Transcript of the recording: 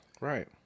Right